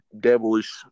devilish